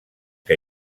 que